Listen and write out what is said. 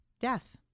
death